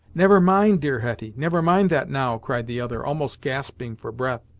never mind, dear hetty, never mind that, now, cried the other, almost gasping for breath.